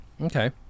Okay